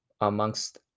amongst